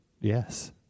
Yes